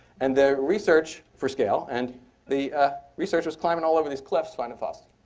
and the research, for scale. and the research was climbing all over these cliffs finding fossils.